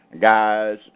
guys